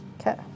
Okay